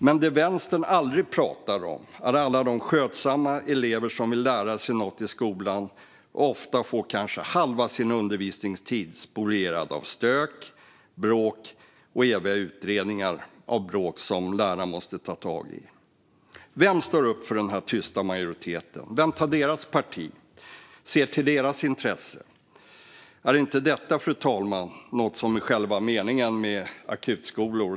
Men det vänstern aldrig pratar om är alla de skötsamma elever som vill lära sig något i skolan och ofta får halva sin undervisningstid spolierad av stök, bråk och eviga utredningar av bråk som läraren måste ta tag i. Vem står upp för den tysta majoriteten? Vem tar deras parti, ser till deras intressen? Är inte detta något som är själva meningen med akutskolor?